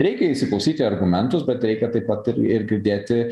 reikia įsiklausyt į argumentus bet reikia taip pat ir ir girdėti